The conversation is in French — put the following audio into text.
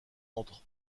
entre